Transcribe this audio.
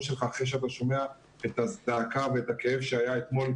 שלך אחרי שאתה שומע את הזעקה ואת הכאב שהיה אתמול,